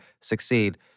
succeed